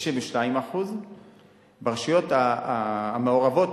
92%. ברשויות המעורבות,